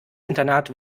internat